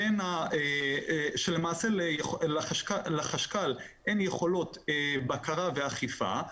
למעשה לחשכ"ל אין יכולות בקרה ואכיפה,